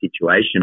situation